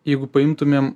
jeigu paimtumėm